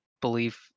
believe